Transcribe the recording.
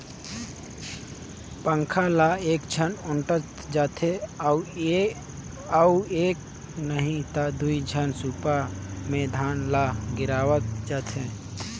पंखा ल एकझन ओटंत जाथे अउ एक नही त दुई झन सूपा मे धान ल गिरावत जाथें